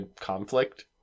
conflict